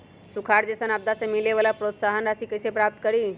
सुखार जैसन आपदा से मिले वाला प्रोत्साहन राशि कईसे प्राप्त करी?